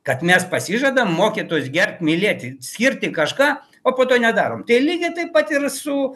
kad mes pasižadam mokytojus gerbt mylėti skirti kažką o po to nedarom tai lygiai taip pat ir su